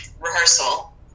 rehearsal